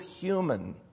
human